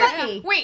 Wait